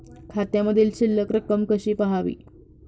खात्यामधील शिल्लक रक्कम कशी पहावी?